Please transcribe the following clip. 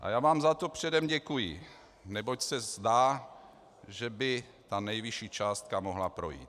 A já vám za to předem děkuji, neboť se zdá, že by nejvyšší částka mohla projít.